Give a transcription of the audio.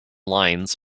lines